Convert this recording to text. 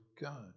God